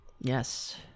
Yes